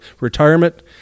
retirement